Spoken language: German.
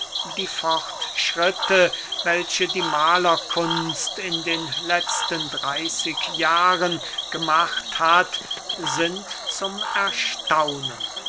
die fortschritte welche die mahlerkunst in den letzten dreyßig jahren gemacht hat sind zum erstaunen